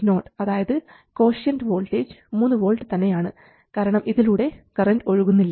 VDS0 അതായത് quiescent voltage 3V തന്നെയാണ് കാരണം ഇതിലൂടെ കറണ്ട് ഒഴുകുന്നില്ല